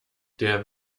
der